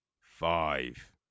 five